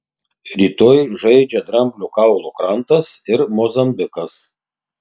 rytoj žaidžia dramblio kaulo krantas ir mozambikas